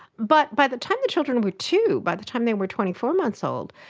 but by the time the children were two, by the time they were twenty four months old,